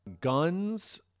Guns